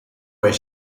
where